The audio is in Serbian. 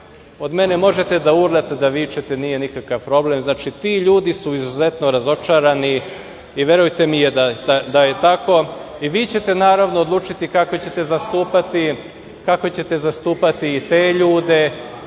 mene možete da urlate, da vičete, nije nikakav problem. Znači, ti ljudi su izuzetno razočarani i verujte mi da je tako i vi ćete naravno odlučiti kako će te zastupati te ljude